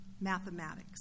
mathematics